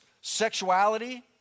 sexuality